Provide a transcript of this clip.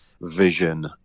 vision